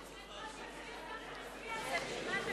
אז אם כך נצביע על זה,